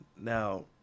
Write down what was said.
Now